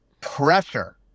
pressure